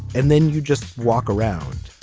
and then you just walk around.